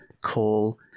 call